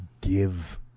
give